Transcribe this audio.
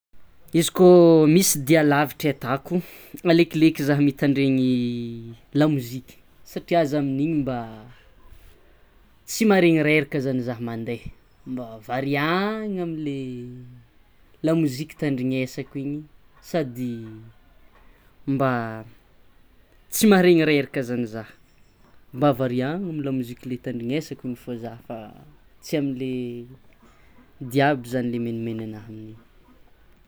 Izy kô misy dia lavitry ataoko, alekoleko zah mitandregny lamoziky satria zah amin'igny mba tsy maregny reraky zany zah mande mba variàgna amle lamoziky tandrignesako igny sady mba tsy maharegny reraka zany zah mba variàgna amle lamoziky le tandrignesako igny fô zah fa tsy amle diako zany le menimeny anah.